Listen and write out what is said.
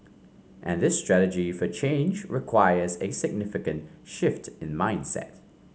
and this strategy for change requires a significant shift in mindset